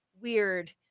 weird